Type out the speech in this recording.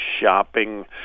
shopping